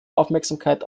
aufmerksamkeit